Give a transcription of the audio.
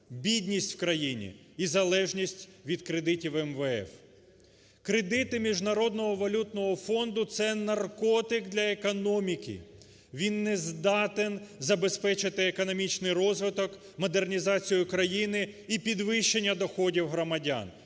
бідність в країні і залежність від кредитів МВФ. Кредити міжнародного валютного фонду – це наркотик для економіки, він не здатен забезпечити економічний розвиток, модернізацію країни і підвищення доходів громадян.